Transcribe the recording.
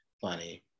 funny